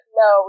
no